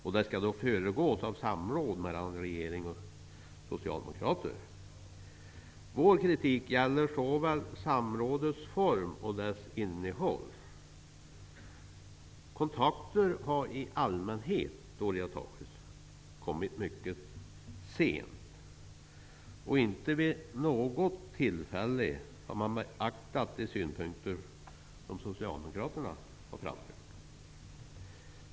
Detta skall då föregås av samråd mellan regeringen och Socialdemokraterna. Vår kritik gäller såväl samrådets utformning som dess innehåll. Kontakter med Socialdemokraterna har i allmänhet tagits mycket sent. Inte vid något tillfälle har man beaktat de synpunkter som Socialdemokraterna har framfört.